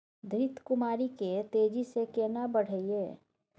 घृत कुमारी के तेजी से केना बढईये?